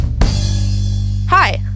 Hi